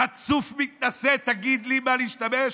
חצוף מתנשא, תגיד לי במה להשתמש?